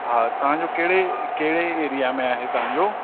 हा तव्हांजो कहिड़े कहिड़े एरिया में आहे तव्हांजो